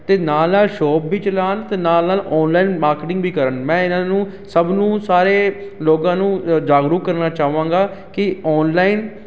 ਅਤੇ ਨਾਲ ਨਾਲ ਸ਼ੋਪ ਵੀ ਚਲਾਉਣ ਅਤੇ ਨਾਲ ਨਾਲ ਓਨਲੈਨ ਮਾਰਕਿਟਿੰਗ ਵੀ ਕਰਨ ਮੈਂ ਇਨ੍ਹਾਂ ਨੂੰ ਸਭ ਨੂੰ ਸਾਰੇ ਲੋਕਾਂ ਨੂੰ ਜਾਗਰੂਕ ਕਰਨਾ ਚਾਹਵਾਂ ਗਾ ਕਿ ਔਨਲਾਈਨ